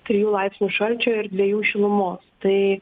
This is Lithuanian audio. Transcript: trijų laipsnių šalčio ir dviejų šilumos tai